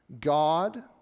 God